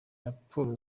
raporo